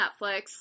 Netflix